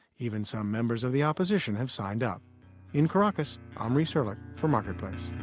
even some members of the opposition have signed up in caracas, i'm reese erlich for marketplace